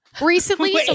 Recently